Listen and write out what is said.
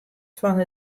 fan